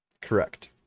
Correct